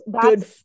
good